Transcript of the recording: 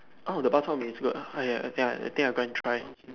oh the bak-chor-mee its good ah ya that day I that day I go and try